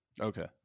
Okay